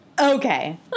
Okay